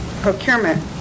procurement